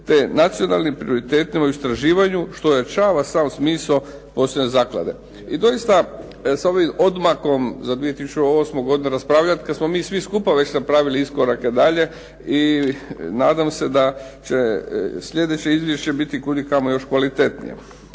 te nacionalnim prioritetima u istraživanju što rješava sav smisao posljednje zaklade. I doista sa ovim odmakom za 2008. godinu raspravljat kad smo mi svi skupa već napravili iskorake dalje i nadam se da će sljedeće izvješće biti kudikamo još kvalitetnije.